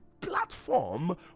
platform